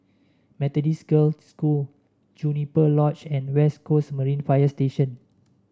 Methodist Girls' School Juniper Lodge and West Coast Marine Fire Station